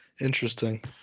Interesting